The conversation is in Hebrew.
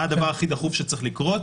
מה הדבר הכי דחוף שצריך לקרות